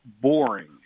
boring